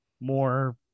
more